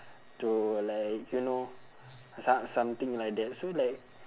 to like you know some~ something like that so like